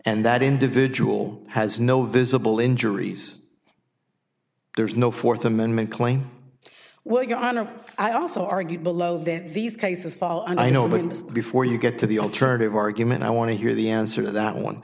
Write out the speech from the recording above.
and that individual has no visible injuries there's no fourth amendment claim well your honor i also argue below that these cases fall i know but before you get to the alternative argument i want to hear the answer to that one